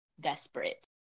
desperate